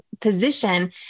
position